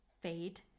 fade